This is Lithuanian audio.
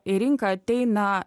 į rinką ateina